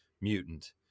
mutant